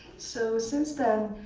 so since then,